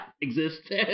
exist